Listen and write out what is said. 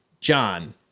John